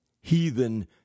heathen